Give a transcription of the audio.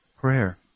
prayer